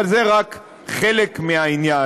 אבל זה רק חלק מהעניין.